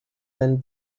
than